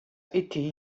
été